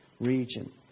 region